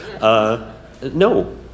No